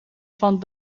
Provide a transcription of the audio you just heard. van